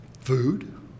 food